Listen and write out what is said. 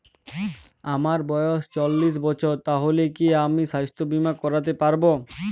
আমার বয়স চল্লিশ বছর তাহলে কি আমি সাস্থ্য বীমা করতে পারবো?